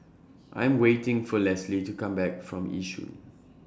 I Am waiting For Lesley to Come Back from Yishun